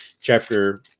Chapter